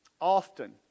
Often